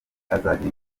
azagira